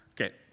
Okay